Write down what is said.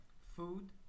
Food